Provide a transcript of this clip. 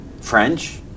French